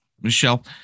Michelle